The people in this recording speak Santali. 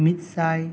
ᱢᱤᱫ ᱥᱟᱭ